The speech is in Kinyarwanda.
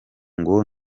ngo